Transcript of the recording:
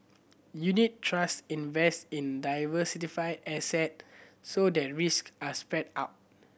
unit trust invest in diversified asset so that risks are spread out